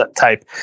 type